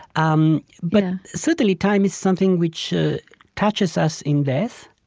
um but certainly, time is something which ah touches us in death,